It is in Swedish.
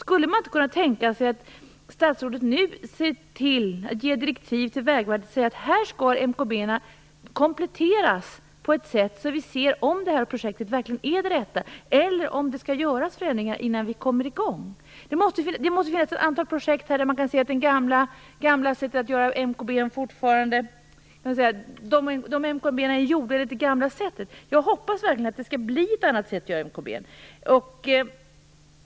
Skulle man inte kunna tänka sig att statsrådet nu ger direktiv till Vägverket om att MKB:na skall kompletteras så att vi ser om ett visst projekt verkligen är det rätta eller om förändringar skall göras innan vi kommer i gång? Det måste finnas ett antal projekt där man kan se att MKB:n är gjord på det gamla sättet. Jag hoppas verkligen att MKB kommer att göras på ett annat